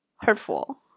hurtful